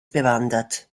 bewandert